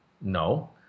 No